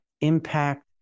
impact